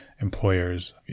employers